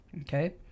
Okay